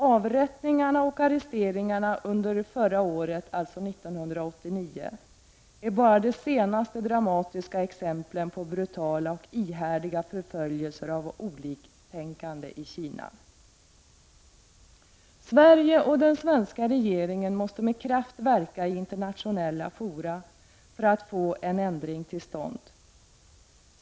”Avrättningarna och arresteringarna under förra året är bara de senaste dramatiska exemplen på brutala och ihärdiga förföljelser av oliktänkande i Kina”, säger Amnesty. Sverige och den svenska regeringen måste med kraft verka i internationella fora för att få en ändring till stånd.